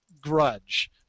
grudge